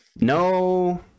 No